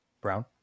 brown